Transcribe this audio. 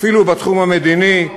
אפילו בתחום המדיני,